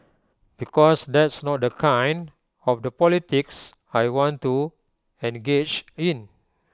because that's not the kind of the politics I want to engage in